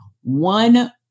one